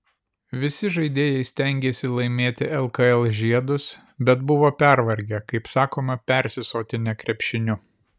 visi žaidėjai stengėsi laimėti lkl žiedus bet buvo pervargę kaip sakoma persisotinę krepšiniu